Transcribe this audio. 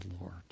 Lord